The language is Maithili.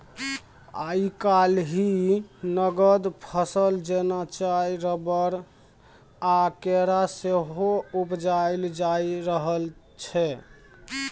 आइ काल्हि नगद फसल जेना चाय, रबर आ केरा सेहो उपजाएल जा रहल छै